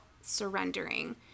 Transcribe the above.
surrendering